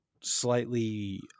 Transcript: slightly